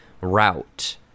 route